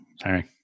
Sorry